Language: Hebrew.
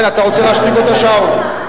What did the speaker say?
אתה רוצה להשתיק אותה, שאול?